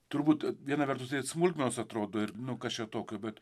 turbūt viena vertus tai smulkmenos atrodo ir nu kas čia tokio bet